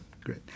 Great